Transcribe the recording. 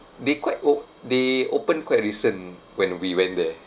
they quite o~ they open quite recent when we went there